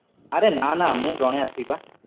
ଆରେ ନା ନା ମୁଁ ଜଣେ ଆସିବି ପା